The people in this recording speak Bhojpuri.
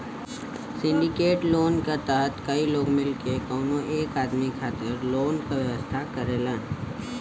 सिंडिकेट लोन क तहत कई लोग मिलके कउनो एक आदमी खातिर लोन क व्यवस्था करेलन